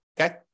okay